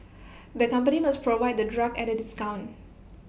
the company must provide the drug at A discount